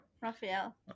Raphael